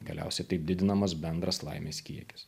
galiausiai taip didinamas bendras laimės kiekis